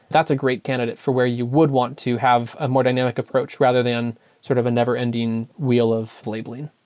that's a great candidate for where you would want to have a more dynamic approach rather than sort of a never-ending wheel of labeling